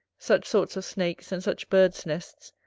such sorts of snakes, and such birds'-nests,